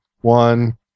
One